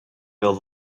the